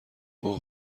اوه